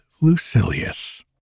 Lucilius